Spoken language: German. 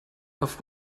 auf